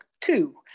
two